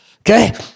okay